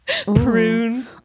Prune